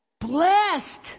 blessed